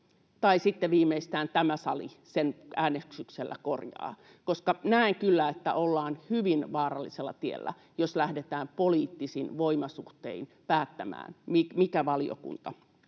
tai sitten viimeistään tämä sali sen äänestyksellä korjaa, koska näen kyllä, että ollaan hyvin vaarallisella tiellä, jos lähdetään poliittisin voimasuhtein päättämään, mikä valiokunta